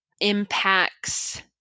impacts